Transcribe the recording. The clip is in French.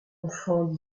enfant